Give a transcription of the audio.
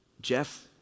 Jeff